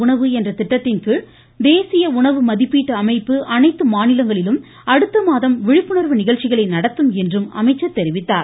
உணவு என்ற திட்டத்தின்கீழ் தேசிய உணவு மதிப்பீட்டு அமைப்பு அனைத்து சரியான மாநிலங்களிலும் அடுத்த மாதம் விழிப்புணா்வு நிகழ்ச்சிகளை நடத்தும் என்றும் அமைச்சா் தெரிவித்தார்